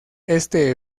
este